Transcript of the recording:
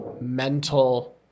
mental